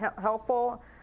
helpful